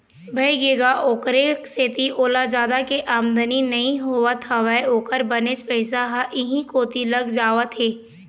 भइगे गा ओखरे सेती ओला जादा के आमदानी नइ होवत हवय ओखर बनेच पइसा ह इहीं कोती लग जावत हे